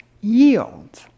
yield